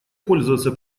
пользоваться